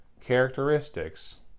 characteristics